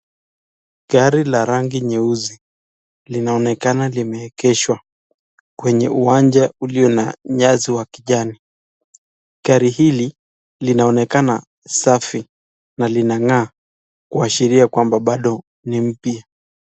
Gari la rangi nyeusi linaonekana limeegeshwa kwenye uwanja ulio na nyasi wa kijani. Gari hili linaonekana safi na linang'aa kuashiria kwamba bado ni mpya.